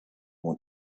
want